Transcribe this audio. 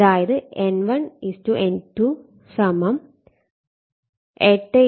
അതായത് N1 N2 8 1 എന്നാണ്